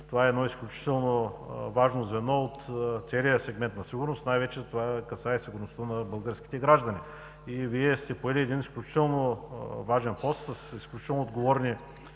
това е едно изключително важно звено от целия сегмент на сигурност, най-вече това касае сигурността на българските граждани. Вие сте поели един изключително важен пост с изключително отговорни